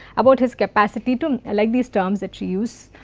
about his capacity to, i like these terms that she use,